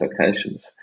locations